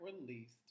released